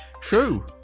true